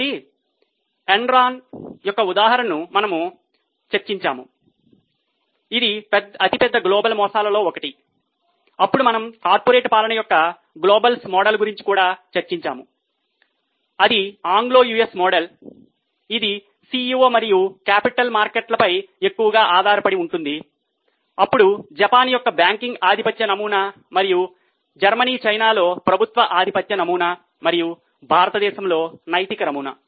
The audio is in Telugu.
కాబట్టి ఎన్రాన్ యొక్క ఉదాహరణను మనము చర్చించాము ఇది అతిపెద్ద గ్లోబల్ మోసాలలో ఒకటి అప్పుడు మనము కార్పొరేట్ పాలన యొక్క గ్లోబల్ మోడల్స్ గురించి కూడా చర్చించాము ఇది ఆంగ్లో యుఎస్ మోడల్ ఇది CEO మరియు క్యాపిటల్ మార్కెట్లపై ఎక్కువగా ఆధారపడి ఉంటుంది అప్పుడు జపాన్ యొక్క బ్యాంకింగ్ ఆధిపత్య నమూనా మరియు జర్మనీ చైనాలో ప్రభుత్వ ఆధిపత్య నమూనా మరియు భారతదేశంలో నైతిక నమూనా